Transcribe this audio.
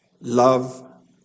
love